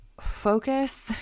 focus